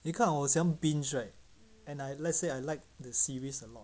你看我喜欢 binge right and I let's say I like the series a lot